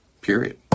period